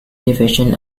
division